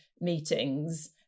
meetings